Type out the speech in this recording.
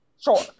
Sure